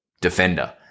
defender